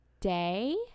Day